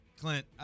Clint